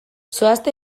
zoazte